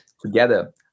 together